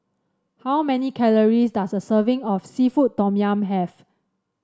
how many calories does a serving of seafood Tom Yum have